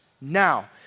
Now